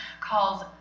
calls